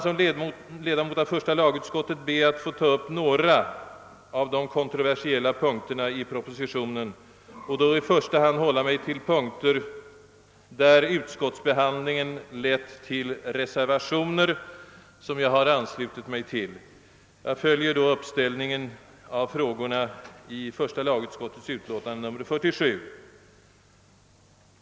Som ledamot av första lagutskottet, ber jag, herr talman, få ta upp några av de kontroversiella punkterna i propositionen och då i första hand hålla mig till punkter där utskottsbehandlingen har lett till reservationer, som jag har anslutit mig till. Jag följer då uppställningen av frågorna i första lagutskottets utlåtande nr 47.